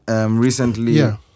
recently